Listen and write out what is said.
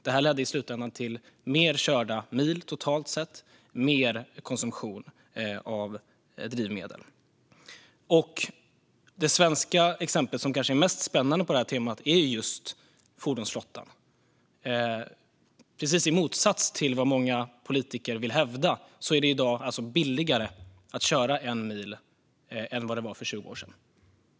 Det ledde i slutändan till fler körda mil totalt sett och till mer konsumtion av drivmedel. Det svenska exempel som kanske är mest spännande på detta tema är just fordonsflottan. I motsats till vad många politiker vill hävda är det i dag billigare att köra en mil än vad det var för 20 år sedan.